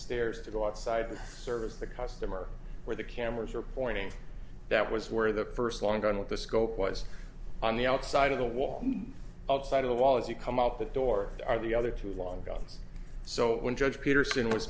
stairs to go outside to service the customer where the cameras are pointing that was where the first long gun with the scope was on the outside of the wall outside of the wall as you come out the door the other two long guns so when judge peterson was